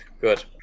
Good